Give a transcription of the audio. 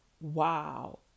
Wow